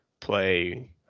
play